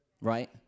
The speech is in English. right